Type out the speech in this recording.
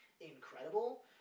incredible